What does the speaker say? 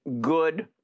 good